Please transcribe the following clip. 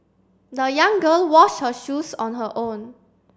the young girl washed her shoes on her own